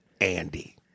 Andy